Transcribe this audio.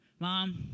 Mom